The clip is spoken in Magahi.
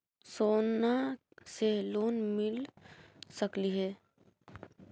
सोना से लोन मिल सकली हे?